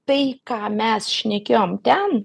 tai ką mes šnekėjom ten